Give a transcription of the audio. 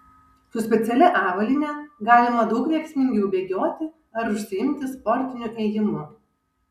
su specialia avalyne galima daug veiksmingiau bėgioti ar užsiimti sportiniu ėjimu